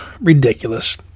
ridiculous